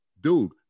dude